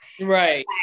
right